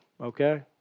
Okay